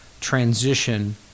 transition